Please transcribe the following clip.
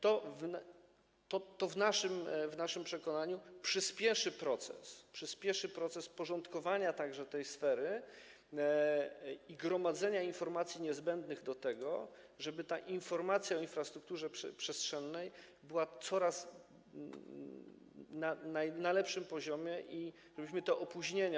To w naszym przekonaniu przyspieszy proces, przyspieszy proces porządkowania także tej sfery i gromadzenia informacji niezbędnych do tego, żeby ta informacja o infrastrukturze przestrzennej była na coraz lepszym poziomie i żebyśmy te opóźnienia.